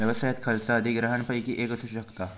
व्यवसायात खर्च अधिग्रहणपैकी एक असू शकता